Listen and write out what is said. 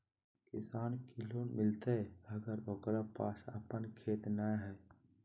किसान के लोन मिलताय अगर ओकरा पास अपन खेत नय है?